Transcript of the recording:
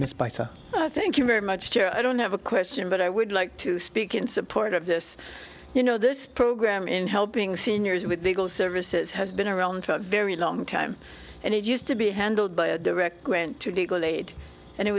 missed by so i think you very much i don't have a question but i would like to speak in support of this you know this program in helping seniors with beagle services has been around for a very long time and it used to be handled by a direct grant to legal aid and it